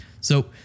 So-